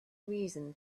reason